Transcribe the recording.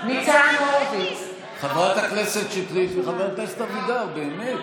בעד חברת הכנסת שטרית וחבר הכנסת אבידר, באמת.